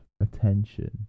attention